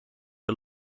are